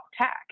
tech